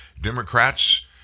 Democrats